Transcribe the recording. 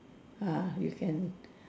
ah you can